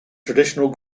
traditional